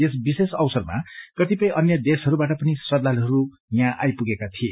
यस विशेष अवसरमा कतिपय अन्य देशहरूवाट प्रिश्रदालुहरू यहाँ आइपुगेका थिए